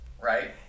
right